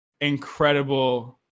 incredible